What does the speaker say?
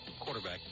quarterback